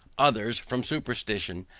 others from superstition,